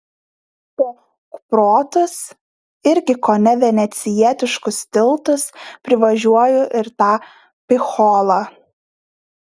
po kuprotus irgi kone venecijietiškus tiltus privažiuoju ir tą picholą